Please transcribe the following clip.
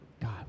God